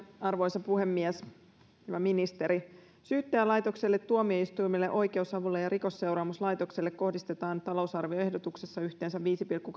arvoisa puhemies hyvä ministeri syyttäjälaitokselle tuomioistuimelle oikeusavulle ja rikosseuraamuslaitokselle kohdistetaan talousarvioehdotuksessa yhteensä viiden pilkku